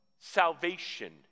salvation